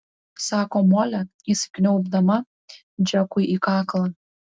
sako molė įsikniaubdama džekui į kaklą